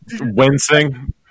wincing